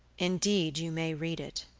indeed, you may read it